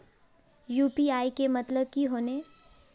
UPI के मतलब की होने?